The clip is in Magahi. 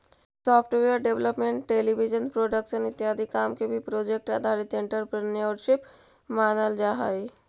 सॉफ्टवेयर डेवलपमेंट टेलीविजन प्रोडक्शन इत्यादि काम के भी प्रोजेक्ट आधारित एंटरप्रेन्योरशिप मानल जा हई